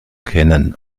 kennen